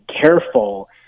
careful